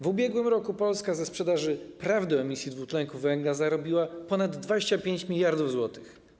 W ubiegłym roku Polska na sprzedaży praw do emisji dwutlenku węgla zarobiła ponad 25 mld zł.